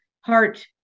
heart